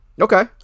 Okay